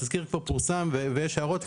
התזכיר כבר פורסם ויש הערות.